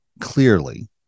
clearly